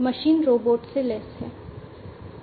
machine robot से लैस हैं